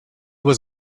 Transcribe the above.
was